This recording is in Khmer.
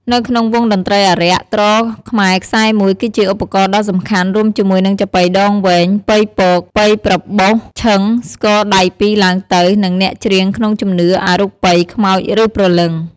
នៅក្នុងវង់តន្ត្រីអារក្ស ទ្រខ្មែរខ្សែ១ គឺជាឧបករណ៍ដ៏សំខាន់រួមជាមួយនឹងចាប៉ីដងវែង ប៉ីពក ប៉ីប្របុស ឈឹង ស្គរដៃពីរឡើងទៅ និងអ្នកច្រៀងក្នុងជំនឿអរូបី ខ្មោចឬព្រលឹង។